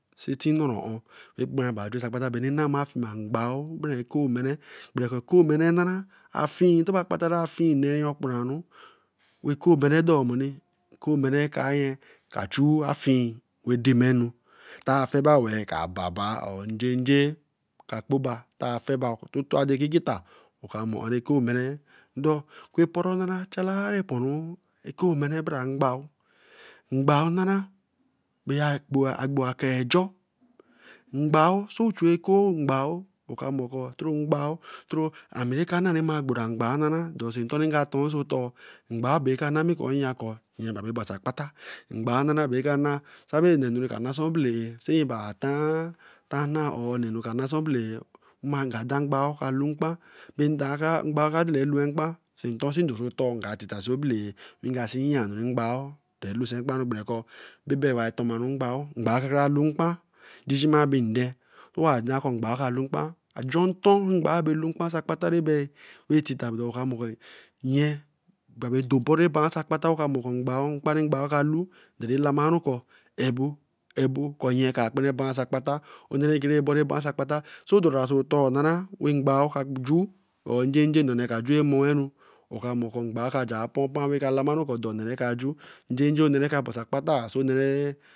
Si-i-ti nnara-ɔ̄-ɔ̄ wɛ kpara bā-ejuɛ osa akpata; bɛ enu ena mma fima mgba-o bara koo-mɛrɛ. Gbere kɔ koo-mɛrɛ n na ra, a-fii ɛdɔ̄ bɔ̄ akpata nɛ a-fii nɛ-a okpara-ru, wɛ koo-mɛrɛ dɔ̄ ɔ̄-ɔ̄ mɔ̄ni, koo-mɛrɛ ka-nye ka chu a-fii wɛ dɛ̄ma enu. Nte afɛ̄ ba wɛ-ɛ, eka ba ba-a or njeje eke kpo-ba, ntɛ afɛ ba-a ntɛ adɛ ki gɛta, oka mɔ̄ ɔ-ɔn rɛ koo-mɛrɛ dɔ̄. Oku ɛpɔ̄rɔ̄ nna-ra cha-laa-ri ɛpɔ̄ru e-koo-mɛ̄rɛ̄ bara mgba-o. Mgba-o nna-ra agb aka-a ejɔ. Mgb-o sɛ ochu ekoo mgba-o, ɔka mɔ̄ etoro mgba-o otoro; ami rɛ eka nna rɛ̄ mma gbo mgba-o nna-ra, dɔ̄ osii ntɔ̄ rɛ nga tɔ̄ɔ̄ oso ɔtɔ̄ɔ̄; mgba-o bɛ eka na-mi kɔ nya kɔ̄ nnyɛ ba bere ba-a oso akpata. Mgba-o nna-ra be eka na-a sabɛ nna enu ka nāsā obɛlɛ-ɛ. Si nnyɛ ba ta-a; ta-a ana-a or ene enu kānāsā ōbɛ-lɛ-ɛ̄. Ma nga dā mgb-o kalu mkpā-ā, ebɛ̄ mgba-o kārā dālā ɔ̄bɔ̄ru elu-e mkpā-ā osɛ̄-ɛ̄ ntɔ̄ si ndɔ̄ oso ɔ̄tɔ̄ɔ̄ nga tita sii obɛlɛ-ɛ wɛ nga si yi-a enu ri mgba-o dɔ̄ru elusɛ̄ mkpa-ru, gbɛ̄rɛ̄ kɔ e-bɛ ɛbai rɛ wa-rɛ tɔ̄maru mgba-o, mgba-o kaka-ra lu-u m kpa-a jijima bɛ ndɛ̄, so owa da kɔ̄ mgba-o kalu mkpa-a; ajɔ ntɔ̄ ri mgba-o abɛrɛ lu-u mkpa-a rɛ̄ bai, wɛ rɛ-tita ɔkā mɔ̄ kɔ̄ nnyɛ ba-a bere dɔ-ɔ̄bɔ̄rɔ̄ e-ba-a oso akpata, wɛ mkpa ri mgba-o ka-lu dɔ̄ru elama-a ru kɔ̄ a'ebo, a'ebo, kɔ nnyɛ kara kpārā eba-a oso akpata. ɔnɛ rɛ kere bɔ̄ru bɛ-ba-a oso akpata, sɔ ɔ̄dɔ̄-ra oso ɔtɔ̄ɔ̄ nna-ra wɛ mgba-o ka ju or njɛjɛ nnɛ onɛ ka kpara ju-e ju-e mo-e-ru, ɔka mɔ̄ kɔ̄ɔ mgba-o ka ja-a pa-a o-pa wɛ kalamaru kɔ dɔ̄ onɛ rɛ ka-a ju njɛ̄-ɛ̄ ɔnɛ rɛ ka ba oso akpata sɛ onɛh rɛ